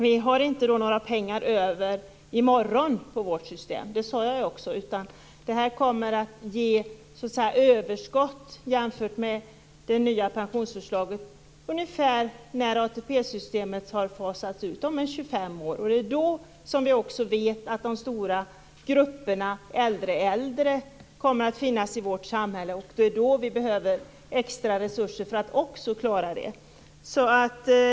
Vi har inte några pengar över i morgon i vårt system, det sade jag också, utan det här kommer att ge överskott jämfört med det nya pensionssystem som föreslås ungefär när ATP-systemet har fasats ut, om 25 år. Det är då vi också vet att de stora grupperna äldre äldre kommer att finnas i vårt samhälle. Det är då vi behöver extra resurser för att också klara det.